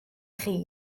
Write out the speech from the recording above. chi